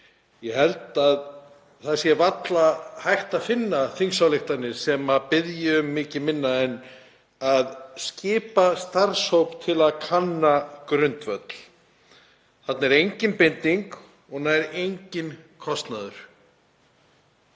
Ég held að það sé varla hægt að finna þingsályktunartillögu sem biður um mikið minna en að skipa starfshóp til að kanna grundvöll. Þarna er engin binding og nær enginn kostnaður